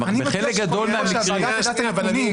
בחלק גדול מהמקרים --- שהוועדה תדע את הנתונים --- שנייה,